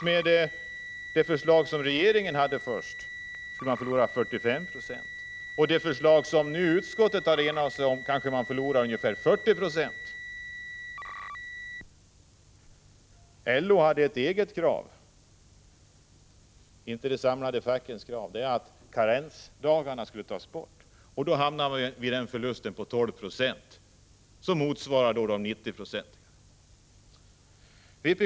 Med det förslag som regeringen från början hade skulle man förlora 45 70. Med det förslag som utskottet nu har enat sig om kanske man förlorar ungefär 40 90. LO hade ett eget krav — inte de samlade fackens krav — att karensdagarna skulle tas bort. Då hamnar man vid en förlust på 12 96, vilket motsvarar 90-procentsnivån.